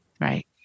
Right